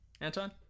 Anton